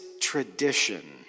tradition